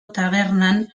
tabernan